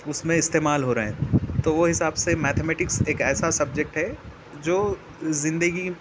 اس میں استعمال ہو رہا ہے توہ وہ حساب سے میتھمیٹکس ایک ایسا سبجیکٹ ہے جو زندگی